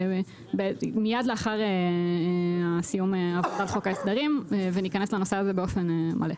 מייד לאחר סיום עבודה על חוק ההסדרים ולהיכנס לנושא הזה באופן מלא.